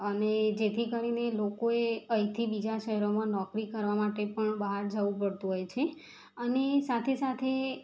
અને જેથી કરીને લોકોએ અહીંથી બીજા શહેરોમાં નોકરી કરવા માટે પણ બહાર જવું પડતું હોય છે અને સાથે સાથે